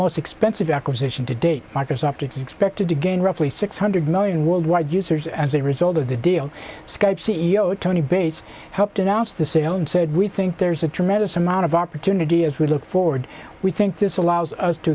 most expensive acquisition to date microsoft expected to gain roughly six hundred million worldwide users as a result of the deal skype c e o tony bates helped announce the sale and said we think there's a tremendous amount of opportunity as we look forward we think this allows us to